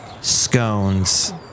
scones